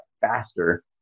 faster